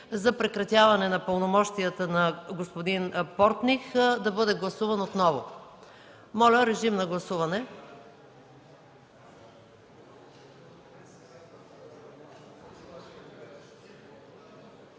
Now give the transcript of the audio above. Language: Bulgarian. за прекратяване на пълномощията на господин Портних да бъде гласуван отново. Моля режим на гласуване.